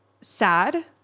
sad